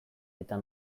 eta